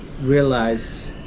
realize